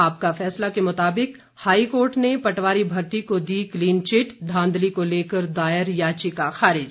आपका फैसला के मुताबिक हाईकोर्ट ने पटवारी भर्ती को दी क्लीनचिट धांधली को लेकर दायर याचिका खारिज